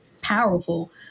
powerful